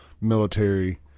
military